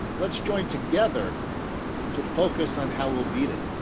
let's join together to focus on how we'll beat it.